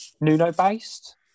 Nuno-based